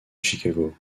chicago